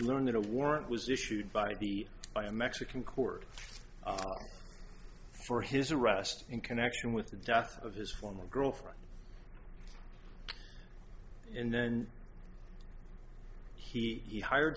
learned a warrant was issued by the by a mexican court for his arrest in connection with the death of his former girlfriend and then he hired